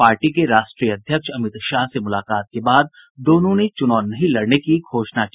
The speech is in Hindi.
पार्टी के राष्ट्रीय अध्यक्ष अमित शाह से मुलाकात के बाद दोनों ने चूनाव नहीं लड़ने की घोषणा की